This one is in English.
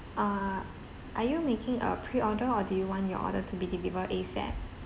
uh are you making a pre-order or do you want your order to be deliver ASAP